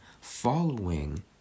following